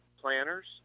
planners